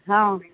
ହଁ